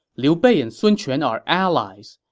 liu bei and sun quan are allies.